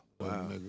Wow